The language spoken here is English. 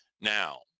Now